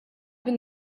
been